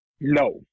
No